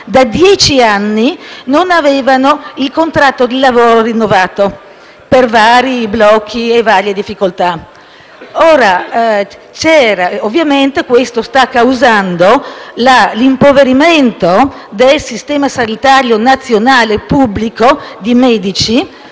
da dieci anni non avevano il contratto di lavoro rinnovato per vari blocchi e varie difficoltà. Ovviamente, questo sta causando l'impoverimento di medici nel Sistema sanitario nazionale, che